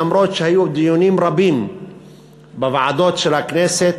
למרות שהיו דיונים רבים בוועדות של הכנסת,